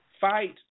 fight